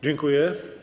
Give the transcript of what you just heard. Dziękuję.